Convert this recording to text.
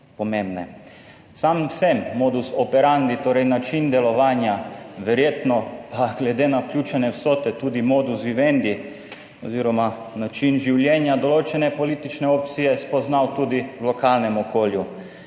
Sam sem modus operandi, torej način delovanja, verjetno pa glede na vključene vsote tudi modus vivendi oziroma način življenja določene politične opcije, spoznal tudi v lokalnem okolju.